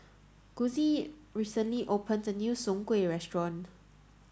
Gussie recently open the new Soon Kway restaurant